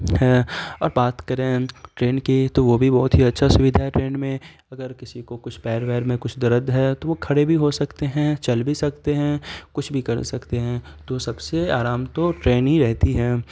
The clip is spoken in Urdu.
ہے اور بات کریں ٹرین کی تو وہ بھی بہت ہی اچھا سویدھا ہے ٹرین میں اگر کسی کو کچھ پیر ویر میں کچھ درد ہے تو وہ کھڑے بھی ہو سکتے ہیں چل بھی سکتے ہیں کچھ بھی کر سکتے ہیں تو سب سے آرام تو ٹرین ہی رہتی ہے